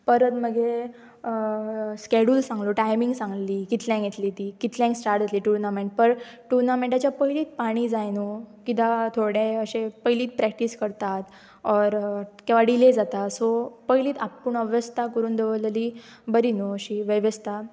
परत मागीर स्केड्यूल सांगलो टायमींग सांगली कितल्यांक येतली ती कितल्यांक स्टार्ट जातली टुर्नामेंट पर टुर्नामेंटाच्या पयलींच पाणी जाय न्हय कित्याक थोडे अशे पयलींच प्रॅक्टीस करतात ऑर किंवां डिले जाता सो पयलीच आपूण अवस्था करून दवरलेली बरी न्हय अशी वेवस्था